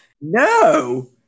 No